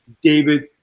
David